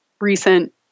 recent